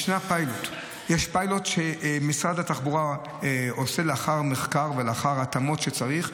יש פיילוט שמשרד התחבורה עושה לאחר מחקר ולאחר ההתאמות שצריך,